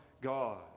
God